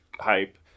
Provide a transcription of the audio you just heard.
hype